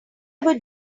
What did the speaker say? ever